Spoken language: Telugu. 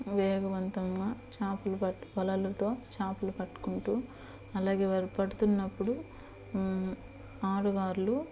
వేగవంతంగా చేపలు పట్టి వలలతో చేపలు పట్టుకుంటు అలాగే వారు పడుతున్నపుడు ఆడువాళ్ళు